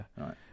Right